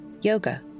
yoga